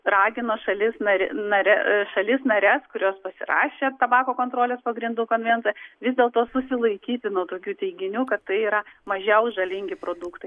ragina šalis nare nare šalis nares kurios pasirašė tabako kontrolės pagrindų konvenciją vis dėlto susilaikyti nuo tokių teiginių kad tai yra mažiau žalingi produktai